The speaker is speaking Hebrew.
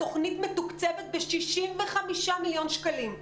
התוכנית מתוקצבת ב-65 מיליון שקלים.